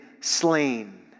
slain